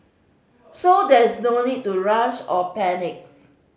so there is no need to rush or panic